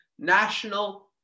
National